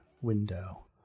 window